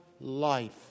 life